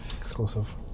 exclusive